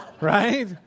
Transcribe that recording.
Right